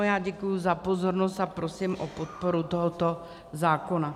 Já děkuji za pozornost a prosím o podporu tohoto zákona.